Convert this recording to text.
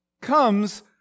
comes